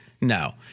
No